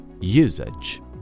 usage